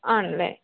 ആണല്ലേ